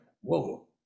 Whoa